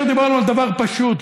דיברנו על דבר פשוט,